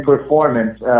performance